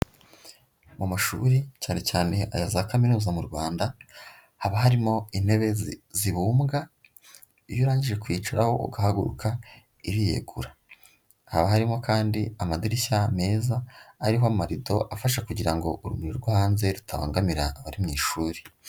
Mu mashuri cyane cyane aya za kaminuza mu Rwanda, haba harimo intebe zibumbwa iyo urangije kuyicaraho ugahaguruka iriyegura. Haba harimo kandi amadirishya meza ariho amarido afasha kugira ngo urumuri rwo hanze rutabangamira abari mu ishuri.